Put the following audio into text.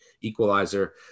equalizer